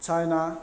China